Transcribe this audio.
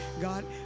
God